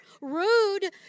rude